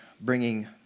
bringing